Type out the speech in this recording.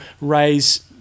raise